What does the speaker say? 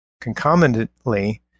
concomitantly